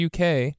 UK